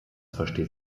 versteht